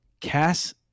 Cass